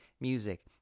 music